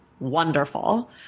Wonderful